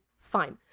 fine